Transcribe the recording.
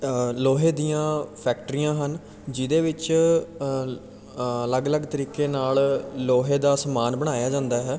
ਲੋਹੇ ਦੀਆਂ ਫੈਕਟਰੀਆਂ ਹਨ ਜਿਹਦੇ ਵਿੱਚ ਅਲੱਗ ਅਲੱਗ ਤਰੀਕੇ ਨਾਲ ਲੋਹੇ ਦਾ ਸਮਾਨ ਬਣਾਇਆ ਜਾਂਦਾ ਹੈ